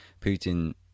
Putin